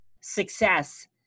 success